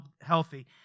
healthy